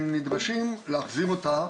הם נדרשים להחזיר אותה,